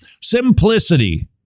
Simplicity